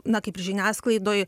na kaip ir žiniasklaidoj